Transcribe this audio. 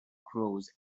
crows